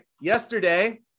Yesterday